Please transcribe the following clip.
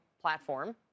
platform